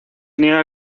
niega